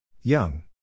Young